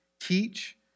teach